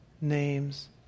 name's